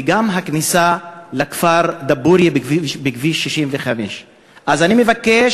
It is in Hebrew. וגם הכניסה לכפר דבורייה בכביש 65. אז אני מבקש